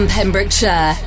Pembrokeshire